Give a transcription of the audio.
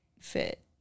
fit